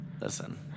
Listen